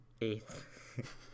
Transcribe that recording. eighth